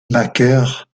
macaire